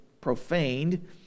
profaned